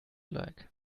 like